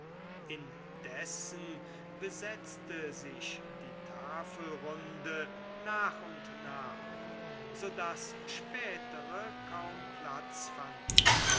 indessen besetzte sich die tafelrunde nach und nach so daß spätere kaum platz fanden